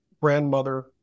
grandmother